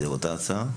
זאת אותה הצעה?